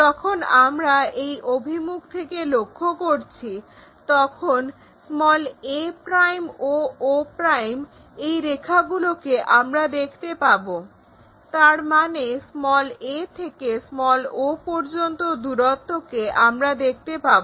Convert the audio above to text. যখন আমরা এই অভিমুখ থেকে লক্ষ্য করছি তখন a o o এই রেখাগুলোকে আমরা দেখতে পাবো তারমানে a থেকে o পর্যন্ত দূরত্বকে আমরা দেখতে পাবো